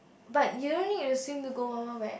but you don't need to swim to go Wild-Wild-Wet